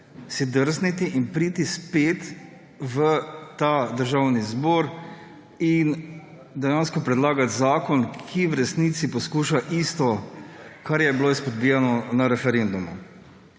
referendumu priti spet v ta državi zbor in dejansko predlagati zakon, ki v resnici poskuša isto, kar je bilo izpodbijano na referendumu.